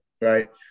right